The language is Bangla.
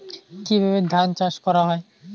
কিভাবে ধান চাষ করা হয়?